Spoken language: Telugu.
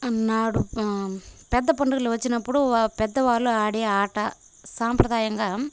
అన్నాడు పెద్ద పండుగలు వచ్చినప్పుడు పెద్దవాళ్ళు ఆడే ఆట సాంప్రదాయంగా